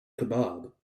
kebab